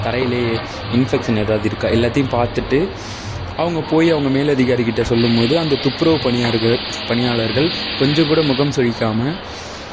தரையிலேயே infection ஏதாவது இருக்கா எல்லாத்தையும் பார்த்துட்டு அவங்க போய் அவங்க மேலதிகாரி கிட்ட சொல்லும் போது அந்த துப்புரவு பணியார்கள் பணியாளர்கள் கொஞ்சம் கூட முகம் சுளிக்காமல்